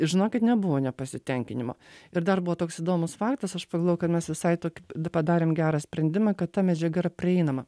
žinokit nebuvo nepasitenkinimo ir dar buvo toks įdomus faktas aš pagalvojau kad mes visai tokį padarėm gerą sprendimą kad ta medžiaga yra prieinama